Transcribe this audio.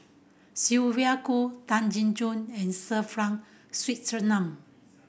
Sylvia Kho Tan Jin and Sir Frank Swettenham